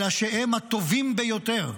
אלא שהם הטובים ביותר.